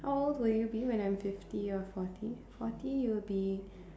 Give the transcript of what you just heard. how old would you be when I'm fifty or forty forty you'll be